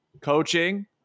coaching